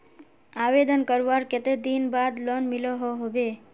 आवेदन करवार कते दिन बाद लोन मिलोहो होबे?